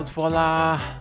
Voila